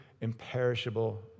imperishable